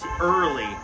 early